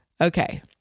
Okay